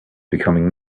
becoming